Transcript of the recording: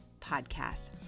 podcast